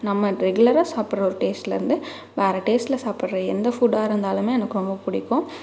நம்ம ரெகுலராக சாப்பிட்ற ஒரு டேஸ்ட்லிருந்து வேறு டேஸ்ட்டில் சாப்பிட்ற எந்த ஃபுட்டாயிருந்தாலுமே எனக்கு ரொம்ப பிடிக்கும்